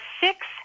six